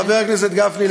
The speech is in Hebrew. חבר הכנסת גפני,